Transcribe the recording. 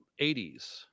80s